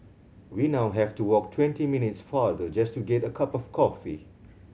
we now have to walk twenty minutes farther just to get a cup of coffee